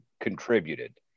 contributed